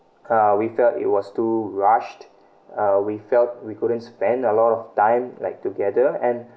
uh we felt it was too rushed uh we felt we couldn't spend a lot of time like together and